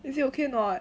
is it okay or not